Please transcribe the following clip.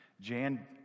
Jan